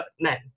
men